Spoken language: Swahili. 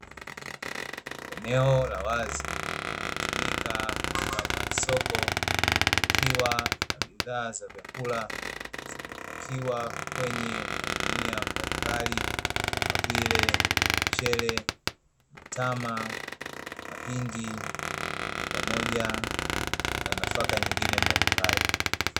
Eneo la wazi linalotumika kama soko likiwa na bidhaa za vyakula zimepakiwa kwenye magunia mbalimbali kama vile mchele, mtama, mahindi pamoja na nafaka nyingine mbalimbali.